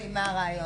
לא הבנתי מה הרעיון.